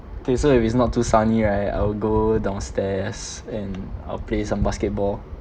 okay so if it's not too sunny right I will go downstairs and I'll play some basketball